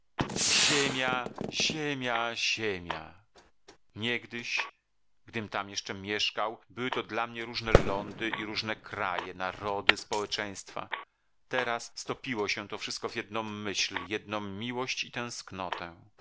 motywu ziemia ziemia ziemia niegdyś gdym tam jeszcze mieszkał były to dla mnie różne lądy i różne kraje narody społeczeństwa teraz stopiło się to wszystko w jedną myśl jedną miłość i